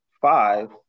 five